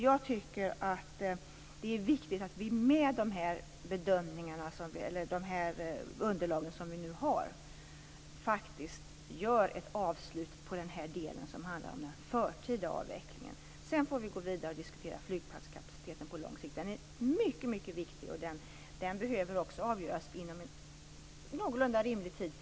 Jag tycker att det är viktigt att vi med de underlag som vi nu har faktiskt gör ett avslut på den del som handlar om den förtida avvecklingen. Sedan får vi gå vidare och diskutera flygplatskapaciteten på lång sikt. Den är mycket viktig, och den behöver också avgöras inom någorlunda rimlig tid.